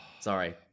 Sorry